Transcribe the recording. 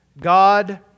God